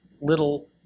little